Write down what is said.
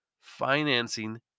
Financing